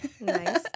nice